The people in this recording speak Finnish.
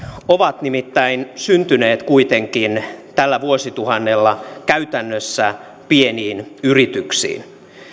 ovat nimittäin kuitenkin syntyneet tällä vuosituhannella käytännössä pieniin yrityksiin